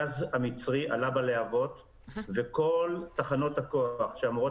הגז המצרי עלה בלהבות וכל תחנות הכוח שאמורות